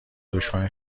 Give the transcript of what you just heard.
دشمن